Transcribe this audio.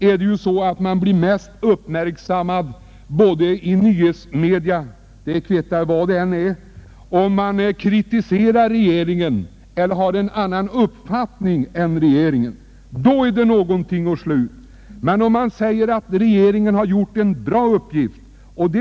Nu för tiden blir man ju mest uppmärksammad i nyhetsmedia om man kritiserar regeringen eller har en annan uppfattning än regeringen — det kvittar vad det gäller. Men om man säger att regeringen har skött sin uppgift väl, är det ingenting att slå upp stort.